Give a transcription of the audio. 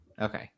Okay